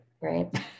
right